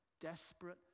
desperate